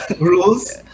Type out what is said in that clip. rules